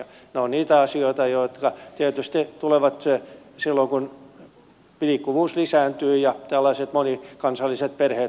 ne ovat niitä asioita jotka tietysti tulevat silloin kun liikkuvuus lisääntyy ja tällaiset monikansalliset perheet